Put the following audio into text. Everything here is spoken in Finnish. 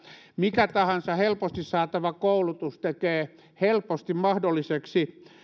mikä tahansa helposti saatava koulutus tekee helposti mahdolliseksi